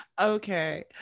okay